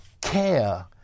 Care